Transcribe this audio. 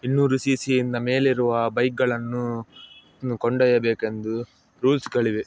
ಇನ್ನೂರು ಸಿ ಸಿಯಿಂದ ಮೇಲಿರುವ ಬೈಕ್ಗಳನ್ನು ಇನ್ನು ಕೊಂಡೊಯ್ಯಬೇಕೆಂದು ರೂಲ್ಸ್ಗಳಿವೆ